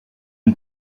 une